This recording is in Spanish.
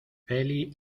feli